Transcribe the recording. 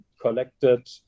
collected